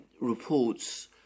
reports